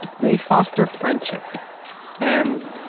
they foster friendship and,